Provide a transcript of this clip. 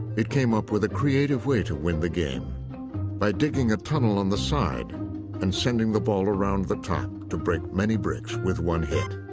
it came up with a creative way to win the game by digging a tunnel on the side and sending the ball around the top to break many bricks with one hit.